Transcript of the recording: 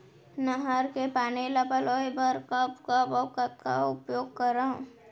नहर के पानी ल पलोय बर कब कब अऊ कतका उपयोग करंव?